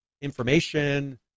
information